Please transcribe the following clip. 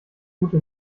gute